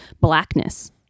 blackness